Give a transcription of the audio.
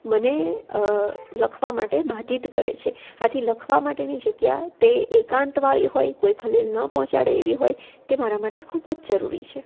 મને લખવા માટે ભાતિત કરે છે આથી લખવા માટેની જગ્યા તે એકાંતવાળી હોય કોઈ ખલેલ ન પહોંચાડે એવી હોય તે મારા માટે ખૂબ જ જરૂરી છે